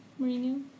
Mourinho